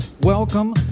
welcome